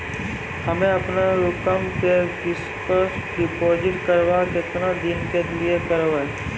हम्मे अपन रकम के फिक्स्ड डिपोजिट करबऽ केतना दिन के लिए करबऽ?